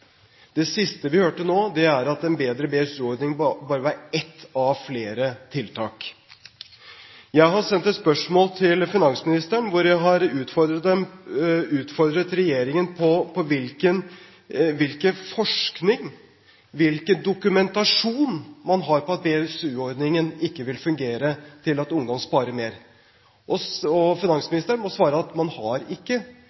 Det siste vi hørte nå, er at en bedre BSU-ordning bare var ett av flere tiltak. Jeg har sendt et spørsmål til finansministeren, hvor jeg har utfordret regjeringen på hvilken forskning, hvilken dokumentasjon, man har på at BSU-ordningen ikke vil føre til at ungdom sparer mer, og